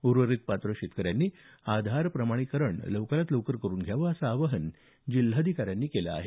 उर्वरित पात्र शेतकऱ्यांनी आधार प्रमाणीकरण लवकरात लवकर करून घ्यावं असं आवाहन जिल्हाधिकाऱ्यांनी केलं आहे